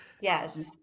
yes